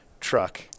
truck